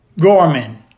Gorman